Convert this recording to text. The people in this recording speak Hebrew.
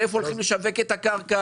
איפה הולכים לשווק את הקרקע.